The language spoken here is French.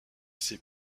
ces